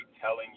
telling